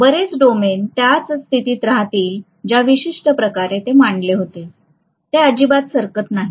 बरेच डोमेन त्याच स्थितीत राहतील ज्या विशिष्ट प्रकारे ते मांडले होते ते अजिबात सरकत नाहीत